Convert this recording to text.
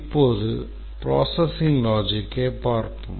இப்போது processing logicஐ பார்ப்போம்